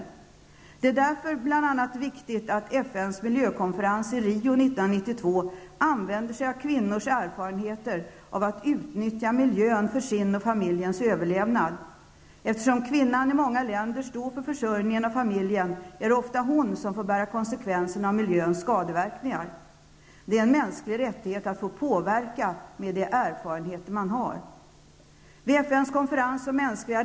Bl.a. därför är det viktigt att man på FNs miljökonferens i Rio 1992 tar till vara kvinnors erfarenheter när det gäller att utnyttja miljön för sin egen och för familjens överlevnad. Eftersom det i många länder är kvinnan som står för försörjningen av familjen är det ofta kvinnan som får ta konsekvenserna av skadeverkningarna beträffande miljön. Det är en mänsklig rättighet att få påverka med de erfarenheter som man har.